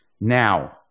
Now